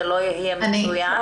זה לא יהיה מצוין?